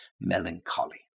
melancholy